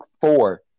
four